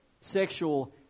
sexual